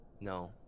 No